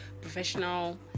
professional